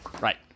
Right